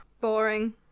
Boring